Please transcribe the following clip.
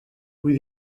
vull